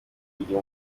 kugira